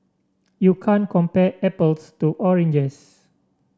you can't compare apples to oranges